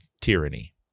tyranny